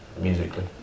musically